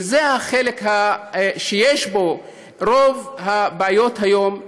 וזה החלק שבו רוב הבעיות היום,